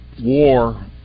war